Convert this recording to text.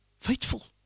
Faithful